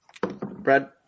Brad